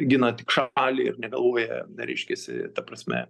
gina tik šalį ir negalvoja reiškiasi ta prasme